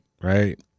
right